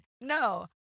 No